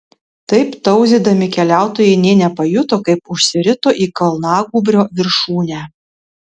taip tauzydami keliautojai nė nepajuto kaip užsirito į kalnagūbrio viršūnę